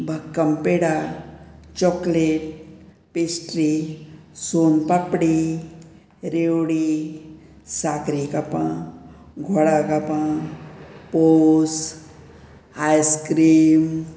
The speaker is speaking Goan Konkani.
भक्कम पेडा चॉकलेट पेस्ट्री सोन पापडी रेवडी साकरे कापां गोडा कापां पोस आयस्क्रीम